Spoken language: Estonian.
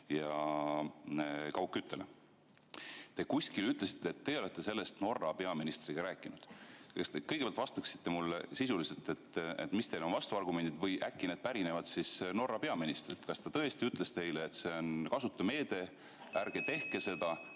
ja kaugkütet. Te kuskil ütlesite, et teie olete sellest Norra peaministriga rääkinud. Kas te kõigepealt vastaksite mulle sisuliselt, mis on teie vastuargumendid? Või äkki need pärinevad Norra peaministrilt? Kas ta tõesti ütles teile, et see on kasutu meede, ärge tehke seda?